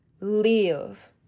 Live